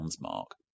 mark